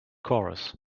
chorus